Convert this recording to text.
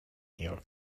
your